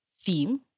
theme